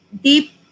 deep